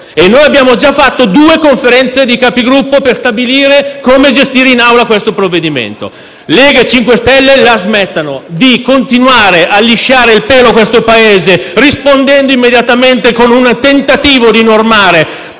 e si sono già riunite due Conferenze dei Capigruppo per stabilire come discutere in Aula questo provvedimento. Lega e MoVimento 5 Stelle la smettano di continuare a lisciare il pelo al Paese, rispondendo immediatamente con il tentativo di normare